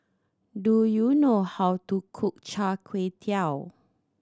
do you know how to cook Char Kway Teow